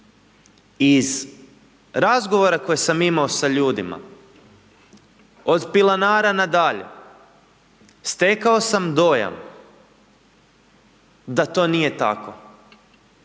iz razgovora koje sam imao sa ljudima od pilanara na dalje stekao sam dojam da to nije tako.